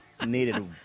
Needed